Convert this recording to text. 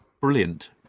brilliant